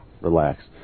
relax